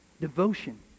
Devotion